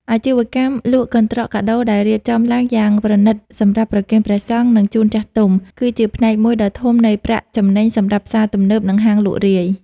អាជីវកម្មលក់កន្ត្រកកាដូដែលរៀបចំឡើងយ៉ាងប្រណីតសម្រាប់ប្រគេនព្រះសង្ឃ និងជូនចាស់ទុំ គឺជាផ្នែកមួយដ៏ធំនៃប្រាក់ចំណេញសម្រាប់ផ្សារទំនើប និងហាងលក់រាយ។